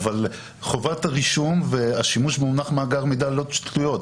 אבל חובת הרישום והשימוש במונח "מאגר מידע" לא תלויות.